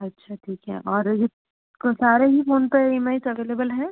अच्छा ठीक है और कौन सारे ही फ़ोन पे ई एम आइज़ अवेलेबल हैं